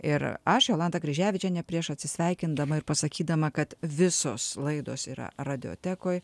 ir aš jolanta kryževičienė prieš atsisveikindama ir pasakydama kad visos laidos yra radiotekoj